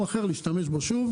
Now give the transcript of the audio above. להשתמש בו שוב.